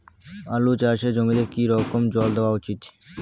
আলু চাষের জমিতে কি রকম জল দেওয়া উচিৎ?